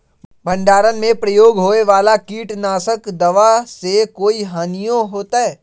भंडारण में प्रयोग होए वाला किट नाशक दवा से कोई हानियों होतै?